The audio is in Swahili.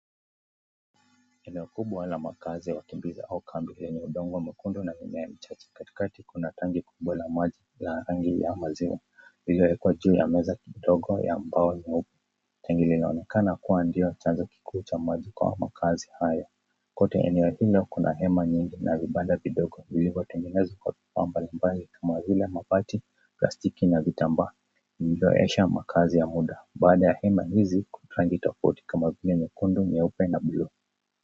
Eneo kubwa la makazi au kambi lenye udongo mwekundu na mimea michache. Katikati kuna tanki kubwa la maji la rangi ya maziwa lililowekwa juu ya meza kidogo ya mbao nyeupe. Tanki linaonekana ndio chanzo kikuu cha maji kwa makaazi haya . Kote eneo hilo kuna hema nyingi na vibanda vidogo vilivyo tengenezwa kwa vifaa mbalimbali kama vile mabati, plastiki na vitamba vilivyoesha makazi ya muda, baadhi ya hema hizi kuna rangi tofauti kama vile nyeupe, nyekundu na bluu.